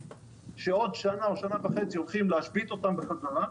שעוד שנה או שנה וחצי הולכים להשבית אותם חזרה,